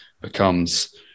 becomes